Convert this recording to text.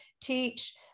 teach